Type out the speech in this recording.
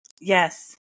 Yes